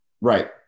Right